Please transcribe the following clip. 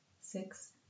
six